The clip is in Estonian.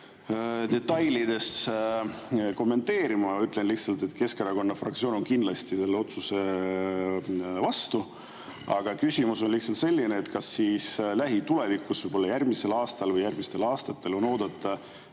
detailides kommenteerima, aga ütlen lihtsalt, et Keskerakonna fraktsioon on kindlasti selle otsuse vastu. Aga küsimus on selline: kas lähitulevikus, võib-olla järgmisel aastal või järgmistel aastatel on oodata